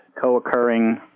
co-occurring